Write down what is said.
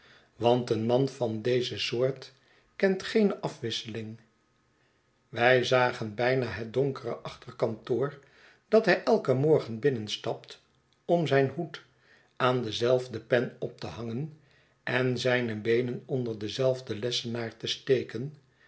want een man van deze soort kent geene afwisseling wij zagen bijna het donkere achterkantoor dat hij elken morgen binnenstapt om zijn hoed aan dezelfde pen op te hangen en zijne beenen onder denzelfden lessenaar te steken